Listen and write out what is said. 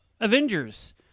Avengers